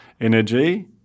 energy